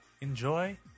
Enjoy